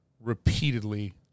repeatedly